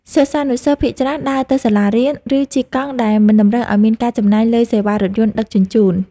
សិស្សានុសិស្សភាគច្រើនដើរទៅសាលារៀន ឬជិះកង់ដែលមិនតម្រូវឱ្យមានការចំណាយលើសេវារថយន្តដឹកជញ្ជូន។